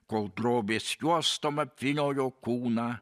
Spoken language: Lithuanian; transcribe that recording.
kol drobės juostom apvyniojo kūną